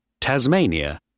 Tasmania